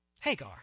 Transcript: Hagar